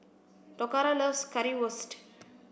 Toccara loves Currywurst